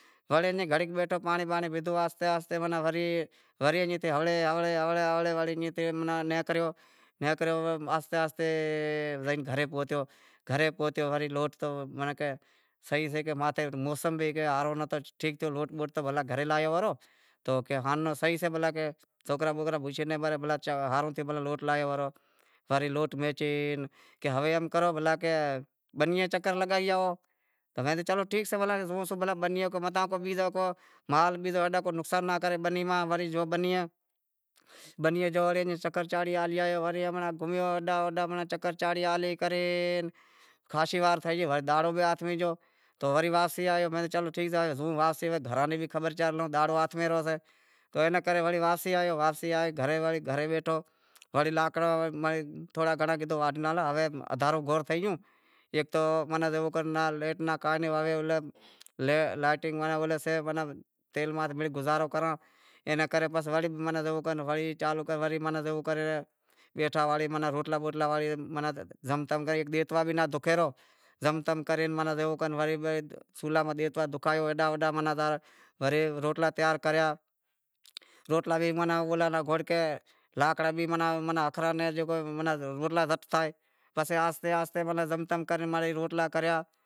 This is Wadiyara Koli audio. وڑے ایئں گھڑی بیٹھو پانڑی بانڑی پیدہو، آہستے آہستے وڑے ایئں تھے ہوڑے ہوڑے ہوڑے ایئں تھے ماناں نیکریو، نیکریو آہستے آہستے زائے گھرے پہتیو، گھرے پہتیو تو وڑے لوڈ تو صحیح سے ماتھے موسم بھی ہاروں ناں تھیو، ٹھیک تھیو لوڈ بوڈ بھلا گھرے لایو پرہو تو ہنڑ صحیح سے بھلا سوکرا بوکرا بوش ناں مریں بھلیں ہارو تھیو روڑلا بوٹلا وری لوڈ ویچے وڑے ہوے ایم کرو بھلا بنیئے چکر لگائی آیو تو موں کہیو چلو ٹھیک سے بھلا بنیئے کو زوون سوں بھلا کو بیزو مال کو جانور کو نقصان ناں کرے بنی ماہ وری گیو بنئیں بنیئے گیو تو ایم چکر چانڑی ہالی آیو ہمڑے گھومیو چکر چانڑی ہیڈاں ہوڈاں چکر چانڑی ہالے کرے خاشی دیر تھئے گئی وری دہاڑو بھی ہاتھ ماہ گیو تو وری واپسی آیو تو میں کہیو چلو ٹھیک سے زووں گھراں ری بھی خبر چار لوں دہاڑو بھی ہاتھ ماں زاتو راہسے تو اینا کرے وڑے واپسی آیو واپسی آئے وڑے گھرے بیٹھو تو کہیو لاکڑا تھڑا گھنڑا واڈھے لاں، اندہارو گھور پڑے گیو شے، اندہارو گھور تھئی گیو ایک تو زیوو کر لائٹ ناں سے تیل ماتھے مڑئی گزارو کراں اینے کرے بس وڑے جیوو کر وری چالو تھے وری جیوو کر بیٹھا وڑے روٹلا بوٹلا زم تم کرے بیٹھوا بھی ناں دوکھے رو وڑے زم تم کرے سولہا ماہ دوکھے بی ناں دوکھایو رو ورے روٹلا تیار کریا اوئاں ناں بھی روٹلا زمانڑے پسے آہستے آہستے زم تم کرے مڑیئی روٹلا کریا۔